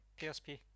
PSP